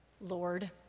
Lord